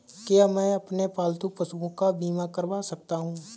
क्या मैं अपने पालतू पशुओं का बीमा करवा सकता हूं?